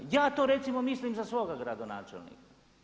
Ja to recimo mislim za svoga gradonačelnika.